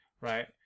right